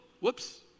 whoops